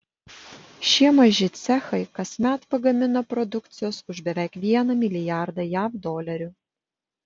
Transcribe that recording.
šie maži cechai kasmet pagamina produkcijos už beveik vieną milijardą jav dolerių